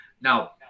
now